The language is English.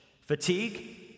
Fatigue